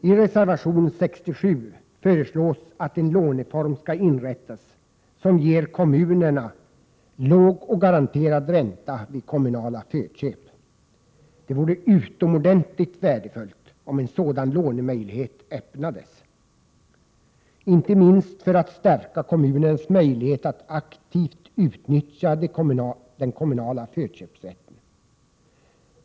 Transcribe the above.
I reservation 67 föreslås att en låneform skall inrättas som ger kommunerna låg och garanterad ränta vid kommunala förköp. Det vore utomordentligt värdefullt om en sådan lånemöjlighet öppnades inte minst för att stärka kommunernas möjlighet att aktivt utnyttja den kommunala förköpsrätten.